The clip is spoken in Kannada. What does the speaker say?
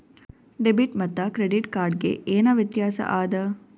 ಡೆಬಿಟ್ ಮತ್ತ ಕ್ರೆಡಿಟ್ ಕಾರ್ಡ್ ಗೆ ಏನ ವ್ಯತ್ಯಾಸ ಆದ?